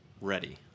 ready